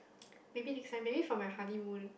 maybe they climb maybe for my honeymoon